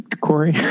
Corey